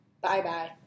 Bye-bye